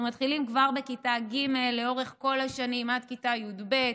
אנחנו מתחילים כבר בכיתה ג' ועד כיתה י"ב.